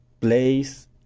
place